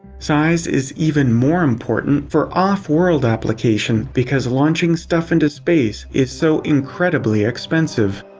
size is even more important for off-world application, because launching stuff into space is so incredibly expensive.